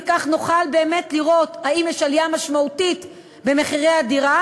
וכך נוכל באמת לראות אם יש עלייה משמעותית במחירי הדירה,